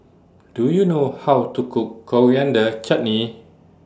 Do YOU know How to Cook Coriander Chutney